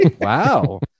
Wow